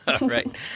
right